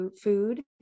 food